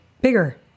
bigger